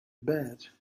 bed